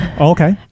Okay